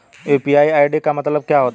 UPI ID का मतलब क्या होता है?